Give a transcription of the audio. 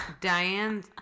Diane